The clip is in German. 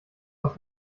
aus